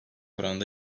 oranda